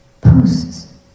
posts